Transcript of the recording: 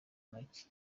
ntoki